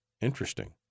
Interesting